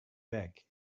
back